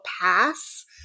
pass